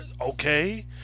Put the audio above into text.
okay